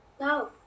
No